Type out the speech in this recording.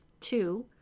two